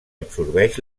absorbeix